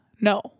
No